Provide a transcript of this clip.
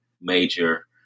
major